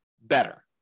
better